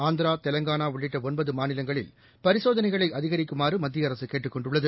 ஆந்திரா தெலங்கானாஉள்ளிட்டஒன்பதுமாநிலங்களில் பரிசோதனைகளைஅதிகரிக்குமாறுமத்தியஅரசுகேட்டுக் கொண்டுள்ளது